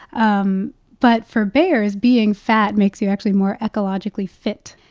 um but for bears, being fat makes you actually more ecologically fit.